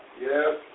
Yes